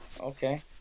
Okay